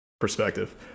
Perspective